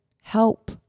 help